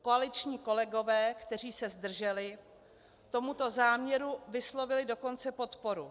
Koaliční kolegové, kteří se zdrželi, tomuto záměru vyslovili dokonce podporu.